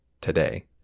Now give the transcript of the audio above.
Today